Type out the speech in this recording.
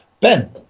Ben